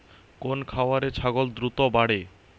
কোন খাওয়ারে ছাগল দ্রুত বাড়ে?